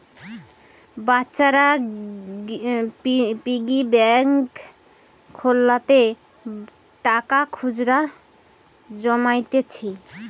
বাচ্চারা piggy bank খেলনাতে টাকা খুচরা জমাইতিছে